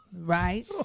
Right